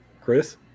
Chris